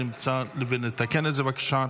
לתקן את זה בבקשה.